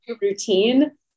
routine